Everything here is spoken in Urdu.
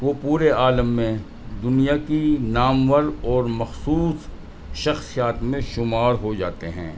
وہ پورے عالم میں دنیا کی نامور اور مخصوص شخصیات میں شمار ہوجاتے ہیں